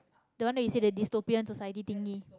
the one that you say the dystopian society thinggy